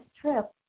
trip